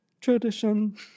Tradition